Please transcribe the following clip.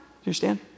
understand